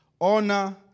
honor